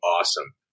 awesome